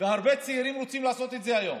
הרבה צעירים רוצים לעשות את זה היום,